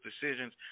decisions